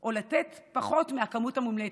או לתת פחות מהכמות המומלצת.